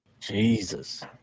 Jesus